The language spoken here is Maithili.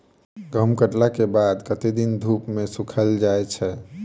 गहूम कटला केँ बाद कत्ते दिन धूप मे सूखैल जाय छै?